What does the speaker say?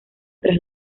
tras